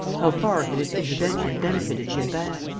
how far had his intervention benefited gilbert?